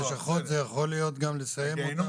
לסיים את הלשכות זה יכול להיות גם לסיים אותן,